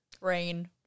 rain